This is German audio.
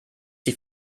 die